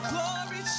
Glory